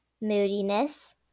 moodiness